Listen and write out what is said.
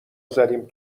زدیم